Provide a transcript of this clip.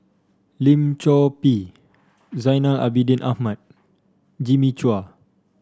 Lim Chor Pee Zainal Abidin Ahmad Jimmy Chua